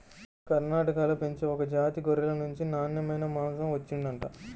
కర్ణాటకలో పెంచే ఒక జాతి గొర్రెల నుంచి నాన్నెమైన మాంసం వచ్చిండంట